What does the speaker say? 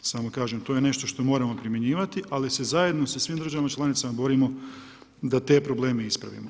Samo kažem, to je nešto što moramo primjenjivati, ali se zajedno sa svim državama članicama borimo da te probleme ispravimo.